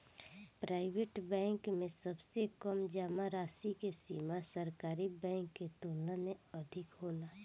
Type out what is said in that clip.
private bank में सबसे कम जामा राशि के सीमा सरकारी बैंक के तुलना में अधिक होला